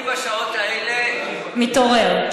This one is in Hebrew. אני בשעות האלה, מתעורר.